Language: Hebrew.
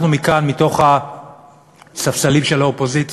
אנחנו, מכאן, מהספסלים של האופוזיציה,